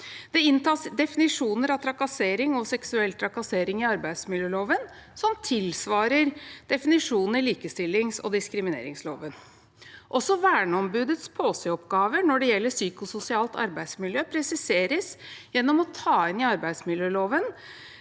Det inntas definisjoner av trakassering og seksuell trakassering i arbeidsmiljøloven, tilsvarende definisjonen i likestillings- og diskrimineringsloven. Også verneombudets påseoppgaver når det gjelder psykososialt arbeidsmiljø, presiseres gjennom å ta inn i arbeidsmiljøloven